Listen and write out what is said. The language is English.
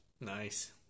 Nice